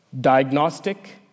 diagnostic